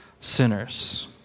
sinners